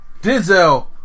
Denzel